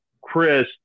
Chris